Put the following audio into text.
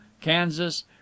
kansas